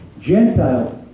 Gentiles